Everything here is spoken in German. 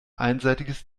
einseitiges